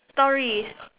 stories